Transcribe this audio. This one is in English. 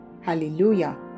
Hallelujah